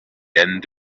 end